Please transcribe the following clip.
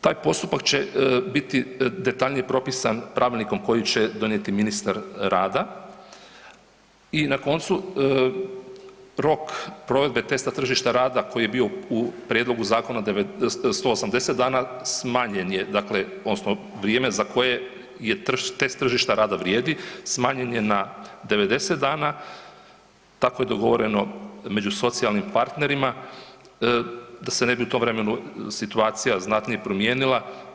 Taj postupak će biti detaljnije propisan pravilnikom koji će donijeti ministar rada i na koncu rok provedbe testa tržišta rada koji je bio u, u prijedlogu zakona 180 dana smanjen je, dakle odnosno vrijeme za koje je test tržišta rada vrijedi smanjen je na 90 dana, tako je dogovoreno među socijalnim partnerima da se ne bi u tom vremenu situacija znatnije promijenila.